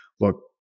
look